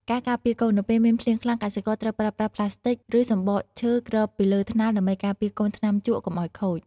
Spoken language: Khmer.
ការការពារកូន នៅពេលមានភ្លៀងខ្លាំង កសិករត្រូវប្រើប្រាស់ប្លាស្ទិក ឬសម្បកឈើគ្របពីលើថ្នាលដើម្បីការពារកូនថ្នាំជក់កុំឱ្យខូច។